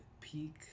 peak